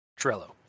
Trello